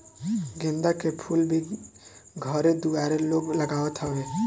गेंदा के फूल भी घरे दुआरे लोग लगावत हवे